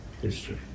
history